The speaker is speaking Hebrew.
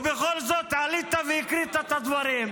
ובכל זאת עלית והקראת את הדברים,